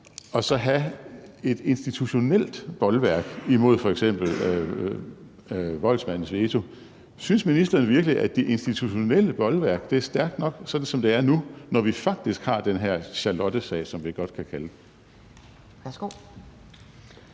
og så have et institutionelt bolværk imod f.eks. »voldsmandens veto«. Synes ministeren virkelig, at det institutionelle bolværk er stærk nok, sådan som det er nu, når vi faktisk har den her Charlottesag, som vi godt kan kalde